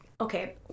Okay